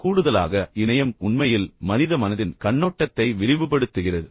கூடுதலாக இணையம் உண்மையில் மனித மனதின் கண்ணோட்டத்தை விரிவுபடுத்துகிறது